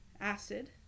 Acid